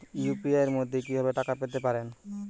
UPI মাধ্যমে কি ভাবে টাকা পেতে পারেন?